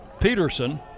Peterson